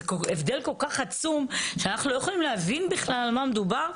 זה הבדל כל כך עצום שאנחנו לא יכולים להבין בכלל על מה מדובר.